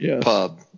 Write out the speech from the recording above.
pub